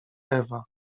ewa